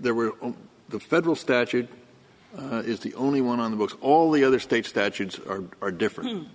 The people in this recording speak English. there were the federal statute is the only one on the books all the other state statutes are different